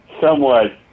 somewhat